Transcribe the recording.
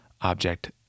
object